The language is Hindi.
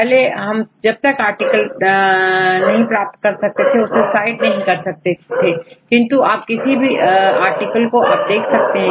पहले हम जब तक आर्टिकल नहीं प्राप्त कर सकते थे उसे साइट नहीं कर सकते थे किंतु आप किसी भी आर्टिकल को आप देख सकते हैं